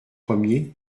premier